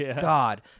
God